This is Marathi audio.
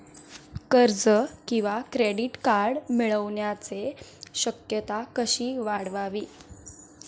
कर्ज किंवा क्रेडिट कार्ड मिळण्याची शक्यता कशी वाढवावी?